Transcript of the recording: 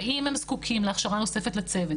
האם הם זקוקים להכשרה נוספת וצוות,